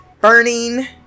burning